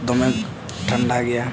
ᱫᱚᱢᱮ ᱴᱷᱟᱱᱰᱟ ᱜᱮᱭᱟ